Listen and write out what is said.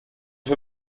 für